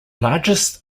largest